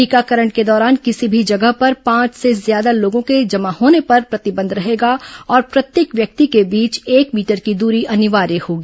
टीकाकरण के दौरान किसी भी जगह पर पांच से ज्यादा लोगों के जमा होने पर प्रतिबंध रहेगा और प्रत्येक व्यक्ति के बीच एक मीटर की दूरी अनिवार्य होगी